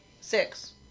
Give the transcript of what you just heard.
six